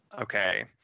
Okay